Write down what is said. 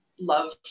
love